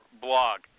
blog